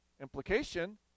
Implication